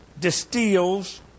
distills